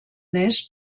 mes